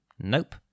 nope